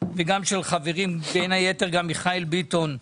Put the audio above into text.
וגם של חברי, בין היתר גם מיכאל ביטון,